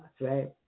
right